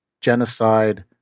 genocide